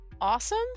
...awesome